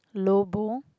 lobo